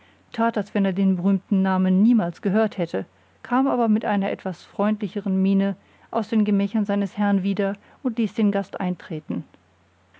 als wenn er den berühmten namen niemals gehört hätte kam aber mit einer etwas freundlicheren miene aus den gemächern seines herrn wieder und ließ den gast eintreten